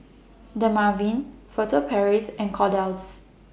Dermaveen Furtere Paris and Kordel's